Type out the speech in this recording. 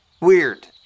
Weird